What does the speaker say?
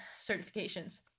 certifications